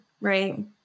right